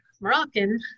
Moroccan